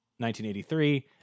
1983